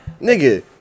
nigga